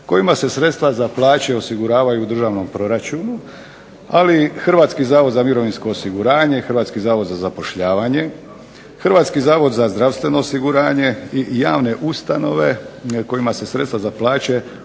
kojima se sredstva za plaće osiguravaju u državnom proračunu, ali i Hrvatski zavod za mirovinsko osiguranje, Hrvatski zavod za zapošljavanje, Hrvatski zavod za zdravstveno osiguranje i javne ustanove kojima se sredstva za plaće osiguravaju